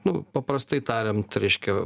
nu paprastai tariant reiškia